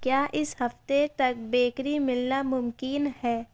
کیا اس ہفتے تک بیکری ملنا ممکین ہے